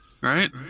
Right